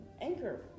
anchor